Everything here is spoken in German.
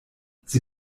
sie